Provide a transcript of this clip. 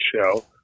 show